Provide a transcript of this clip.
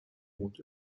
wohnt